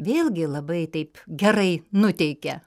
vėlgi labai taip gerai nuteikia